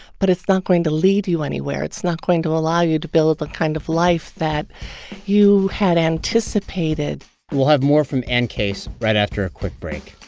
but it's not going to lead you anywhere. it's not going to allow you to build the kind of life that you had anticipated we'll have more from anne case right after a quick break